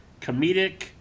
comedic